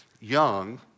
young